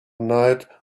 night